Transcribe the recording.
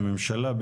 לממשלה,